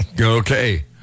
Okay